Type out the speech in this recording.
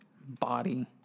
body